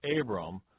Abram